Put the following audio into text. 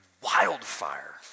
wildfire